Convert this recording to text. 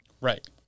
Right